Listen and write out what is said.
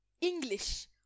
English